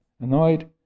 annoyed